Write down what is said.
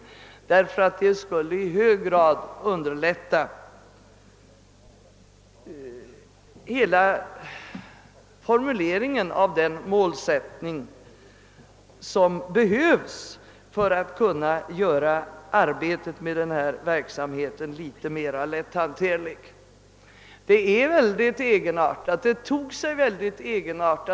Jag vill erinra om de mycket egenartade uttryck som en TV-debatt om arbetsmarknadsfrågorna tog sig förra året.